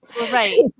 Right